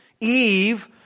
Eve